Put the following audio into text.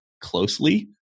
closely